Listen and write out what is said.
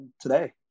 today